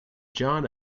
john